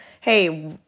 hey